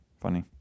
funny